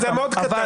זה מאוד קטן.